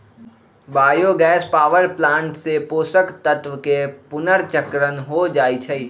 bio gas power plant से पोषक तत्वके पुनर्चक्रण हो जाइ छइ